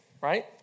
right